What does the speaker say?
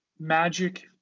magic